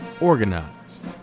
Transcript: organized